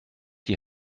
die